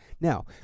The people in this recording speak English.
Now